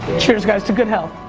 cheers guys to good health.